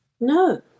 No